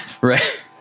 Right